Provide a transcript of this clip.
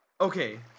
Okay